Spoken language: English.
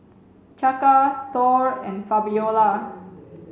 Chaka Thor and Fabiola